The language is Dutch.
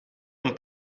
een